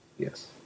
Yes